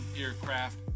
aircraft